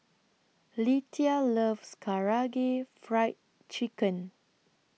Lethia loves Karaage Fried Chicken